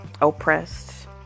oppressed